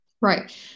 Right